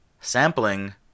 Sampling